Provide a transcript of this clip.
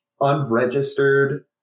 unregistered